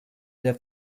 der